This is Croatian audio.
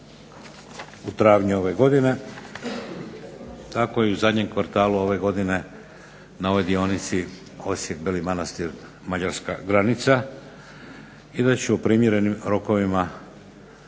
u travnju ove godine, tako i u zadnjem kvartalu ove godine na ovoj dionici Osijek – Beli Manastir – mađarska granica. I da će u primjerenim rokovima